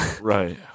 right